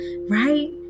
right